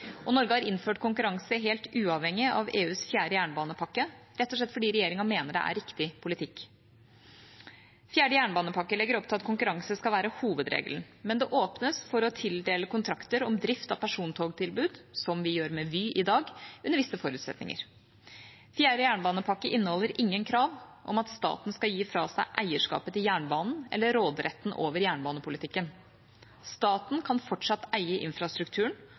Norge har innført konkurranse helt uavhengig av EUs fjerde jernbanepakke, rett og slett fordi regjeringa mener det er riktig politikk. Fjerde jernbanepakke legger opp til at konkurranse skal være hovedregelen, men det åpnes for å tildele kontrakter om drift av persontogtilbud, som vi gjør med Vy i dag, under visse forutsetninger. Fjerde jernbanepakke inneholder ingen krav om at staten skal gi fra seg eierskapet til jernbanen eller råderetten over jernbanepolitikken. Staten kan fortsatt eie infrastrukturen,